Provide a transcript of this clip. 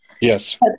Yes